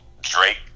drake